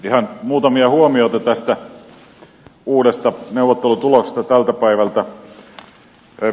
ihan muutamia huomioita tästä uudesta neuvottelutuloksesta tältä päivältä